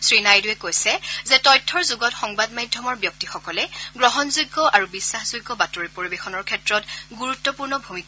শ্ৰীনাইডুৱে কৈছে যে তথ্যৰ যুগত সংবাদ মাধ্যমৰ ব্যক্তিসকলে গ্ৰহণযোগ্য আৰু বিশ্বাসযোগ্য বাতৰি পৰিৱেশনৰ ক্ষেত্ৰত গুৰুত্পূৰ্ণ ভূমিকা পালন কৰে